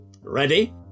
Ready